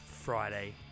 Friday